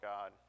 God